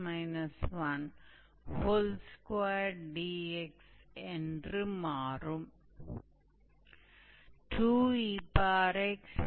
तो यहाँ से हम 𝑑𝑦𝑑𝑥 के बराबर गणना करेंगे तो हम इसे के रूप में लिख सकते हैं